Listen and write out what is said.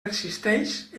persisteix